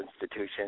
institution